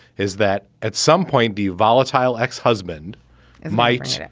is that at some point be volatile, ex-husband and might yeah